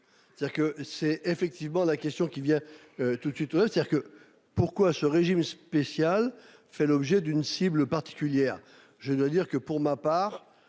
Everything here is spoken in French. c'est effectivement la question qui vient tout de suite hein, c'est-à-dire que pourquoi ce régime spécial fait l'objet d'une cible particulière.